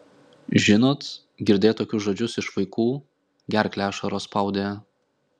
žinot girdėt tokius žodžius iš vaikų gerklę ašaros spaudė